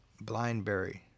Blindberry